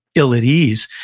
ill at ease.